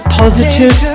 positive